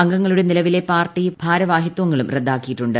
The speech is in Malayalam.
അംഗങ്ങളുടെ നിലവിലെ പ്യാർട്ടീ ഭാരവാഹിത്വങ്ങളും റദ്ദാക്കിയിട്ടുണ്ട്